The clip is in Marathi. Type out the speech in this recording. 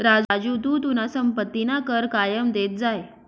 राजू तू तुना संपत्तीना कर कायम देत जाय